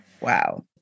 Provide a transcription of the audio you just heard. Wow